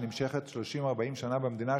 שנמשכת 30 40 שנה במדינה,